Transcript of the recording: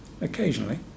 Occasionally